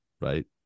right